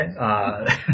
Okay